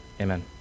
amen